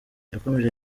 yakomeje